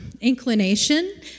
inclination